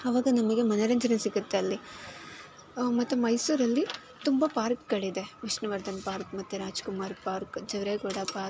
ಆವಾಗ ನಮಗೆ ಮನೋರಂಜನೆ ಸಿಗುತ್ತೆ ಅಲ್ಲಿ ಮತ್ತು ಮೈಸೂರಲ್ಲಿ ತುಂಬ ಪಾರ್ಕ್ಗಳಿದೆ ವಿಷ್ಣುವರ್ಧನ್ ಪಾರ್ಕ್ ಮತ್ತು ರಾಜ್ಕುಮಾರ್ ಪಾರ್ಕ್ ಜವರೇಗೌಡ ಪಾರ್ಕ್